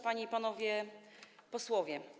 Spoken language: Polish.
Panie i Panowie Posłowie!